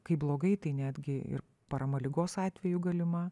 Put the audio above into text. kai blogai tai netgi ir parama ligos atveju galima